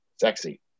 sexy